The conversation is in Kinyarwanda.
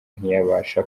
ntiyabasha